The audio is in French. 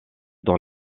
sans